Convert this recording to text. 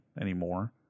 anymore